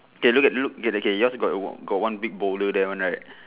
K look at look okay yours got got one big boulder there [one] right